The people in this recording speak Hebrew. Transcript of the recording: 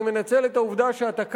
אני מנצל את העובדה שאתה כאן,